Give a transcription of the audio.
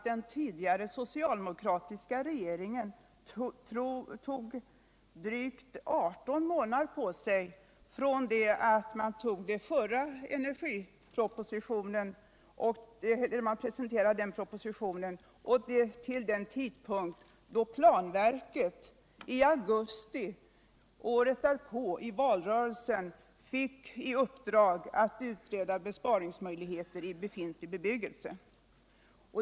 Den tidigare socialdemokratiska regeringen tog drygt 18 månader på sig mellan den tid då den presenterade den förra energipropositionen och den tidpunkt då planverket — i augusti året därpå i valrörelsen — fick i uppdrag att utreda besparingsmöjligheterna i befintlig bebyggelse.